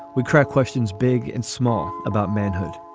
we crack questions big and small about manhood.